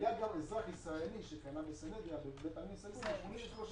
היה גם אזרח ישראלי שקנה חלקה בסנהדריה ב-83 אלף שקלים.